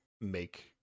make